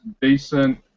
decent